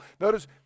Notice